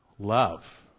Love